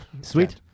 sweet